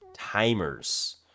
timers